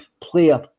player